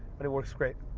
but it works great.